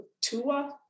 Tua